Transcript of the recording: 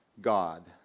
God